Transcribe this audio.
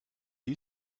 you